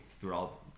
throughout